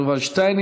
השר יובל שטייניץ.